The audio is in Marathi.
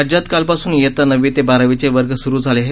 राज्यात कालपासून इयता नववी ते बारावीचे वर्ग सुरू झाले आहेत